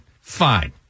fine